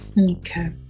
Okay